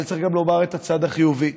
אבל צריך לומר גם את הצד החיובי.